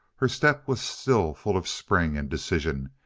her step was still full of spring and decision,